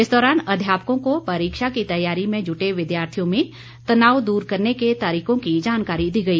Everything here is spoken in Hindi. इस दौरान अध्यापकों को परीक्षा की तैयारी में जुटे विद्यार्थियों में तनाव द्रर करने के तरीकों की जानकारी दी गई